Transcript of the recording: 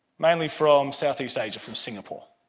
mainly from southeast asia, from singapore.